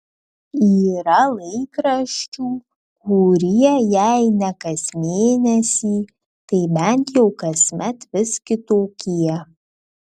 yra laikraščių kurie jei ne kas mėnesį tai bent jau kasmet vis kitokie